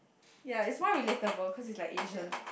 yea it's one relatable cause is like agent